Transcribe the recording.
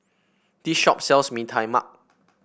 this shop sells Mee Tai Mak